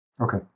Okay